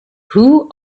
who